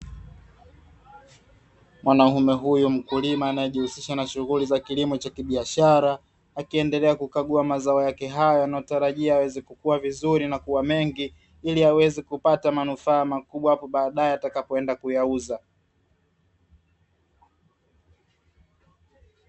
Mwanaume huyu mkulima anayejihusisha na shughuli za kilimo cha kibiashara, akiendelea kukagua mazao yake hayo yanayotarajia yaweze kukua vizuri na kuwa mengi ili aweze kupata manufaa makubwa hapo baadaye atakapoenda kuyauza.